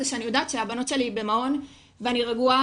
זה שאני יודעת שהבנות שלי במעון ואני רגועה,